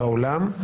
בעולם,